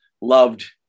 loved